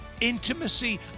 intimacy